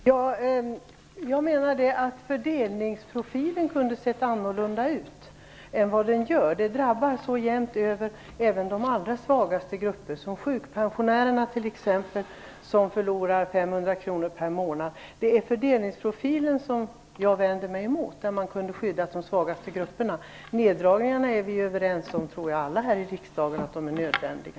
Fru talman! Jag menar att fördelningsprofilen kunde ha sett annorlunda ut än vad den gör. Besparingarna drabbar så jämnt över att även de allra svagaste grupperna drabbas. Sjukpensionärerna förlorar t.ex. 500 kr per månad. Det är fördelningsprofilen jag vänder mig emot. Man kunde ha skyddat de svagaste grupperna. Jag tror att alla här i riksdagen är överens om att neddragningarna är nödvändiga.